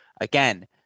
again